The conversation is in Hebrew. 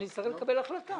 נצטרך לקבל החלטה,